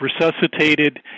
resuscitated